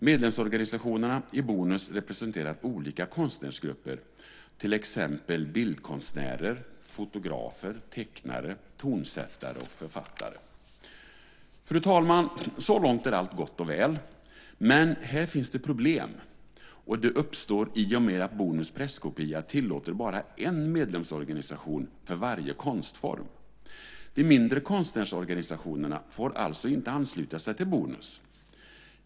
Medlemsorganisationerna i Bonus representerar olika konstnärsgrupper, till exempel bildkonstnärer, fotografer, tecknare, tonsättare och författare. Fru talman! Så långt är allt gott och väl. Men här finns det problem, och de uppstår i och med att Bonus Presskopia tillåter bara en medlemsorganisation för varje konstform. De mindre konstnärsorganisationerna får alltså inte ansluta sig till Bonus.